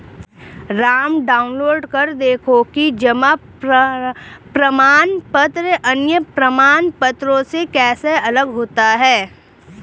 Ram download कर देखो कि जमा प्रमाण पत्र अन्य प्रमाण पत्रों से कैसे अलग होता है?